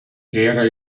era